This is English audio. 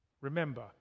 remember